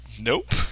Nope